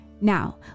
Now